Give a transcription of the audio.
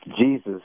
Jesus